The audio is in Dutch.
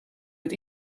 het